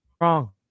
wrong